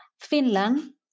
finland